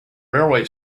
railway